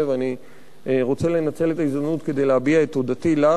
אני רוצה לנצל את ההזדמנות כדי להביע את תודתי לך על